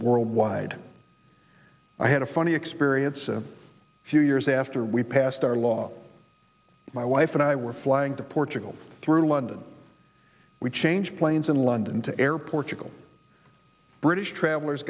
worldwide i had a funny experience a few years after we passed our law my wife and i were flying to portugal through london we changed planes in london to airport chicle british travellers